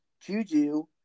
Juju